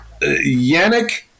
Yannick